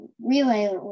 relay